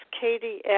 Katie